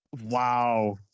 Wow